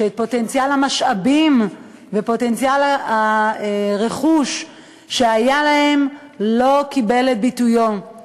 שפוטנציאל המשאבים ופוטנציאל הרכוש שהיה להם לא קיבל את ביטויו.